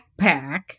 backpack